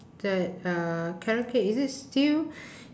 that uh carrot cake is it still